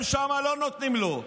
הם שם לא נותנים לו.